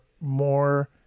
more